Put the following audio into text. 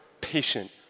patient